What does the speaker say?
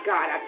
God